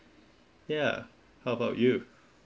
yeah how about you